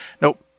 Nope